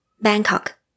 Bangkok